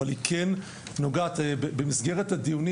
אבל היא כן נוגעת במסגרת הדיונים,